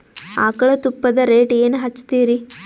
ಆಕಳ ತುಪ್ಪದ ರೇಟ್ ಏನ ಹಚ್ಚತೀರಿ?